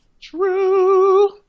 True